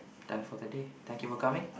done for the day thank you for coming